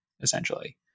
essentially